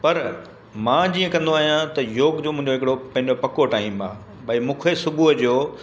पर मां जीअं कंदो आहियां त योग जो मुंहिंजो हिकिड़ो पंहिंजो पको टाइम आहे भाई मूंखे सुबुह जो